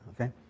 Okay